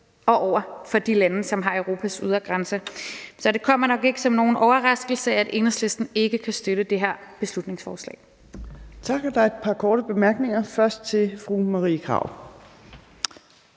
og over for de lande, som danner Europas ydre grænser. Så det kommer nok ikke som nogen overraskelse, at Enhedslisten ikke kan støtte det her beslutningsforslag. Kl. 15:33 Fjerde næstformand (Trine Torp): Tak. Der er